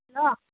hello